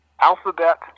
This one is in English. alphabet